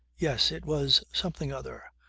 yes. it was something other.